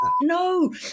no